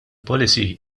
policy